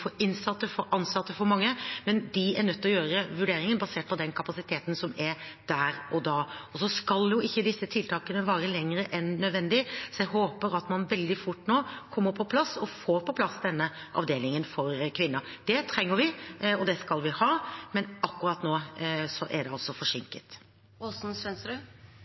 for innsatte, for ansatte, for mange, men de er nødt til å gjøre vurderingen basert på den kapasiteten som er der og da. Disse tiltakene skal jo ikke vare lenger enn nødvendig, så jeg håper at man veldig fort nå kommer på plass og får på plass denne avdelingen for kvinner. Det trenger vi, og det skal vi ha, men akkurat nå er det altså